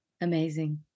Amazing